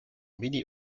mini